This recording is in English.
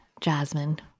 Jasmine